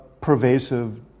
pervasive